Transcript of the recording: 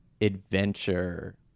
adventure